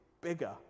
bigger